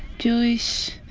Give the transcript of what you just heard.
jewish.